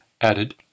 added